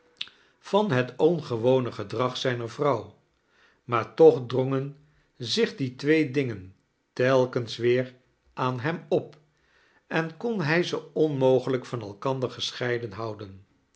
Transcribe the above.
van het ongewone gedrag zijner vrouw maar toch drongen zich die twee dingen telkens weer aan hem op en kon hij ze onmogelijk van elkander gescheiden houden